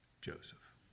Joseph